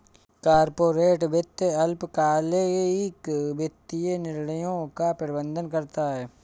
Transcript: corporate वित्त अल्पकालिक वित्तीय निर्णयों का प्रबंधन करता है